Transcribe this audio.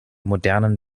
modernen